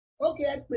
Okay